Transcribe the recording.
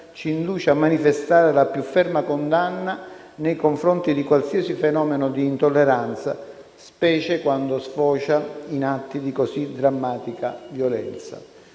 ci induce a manifestare la più ferma condanna nei confronti di qualsiasi fenomeno di intolleranza, specie quando sfocia in atti di così drammatica violenza.